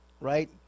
right